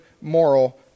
moral